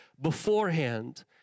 beforehand